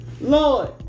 Lord